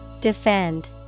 Defend